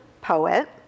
poet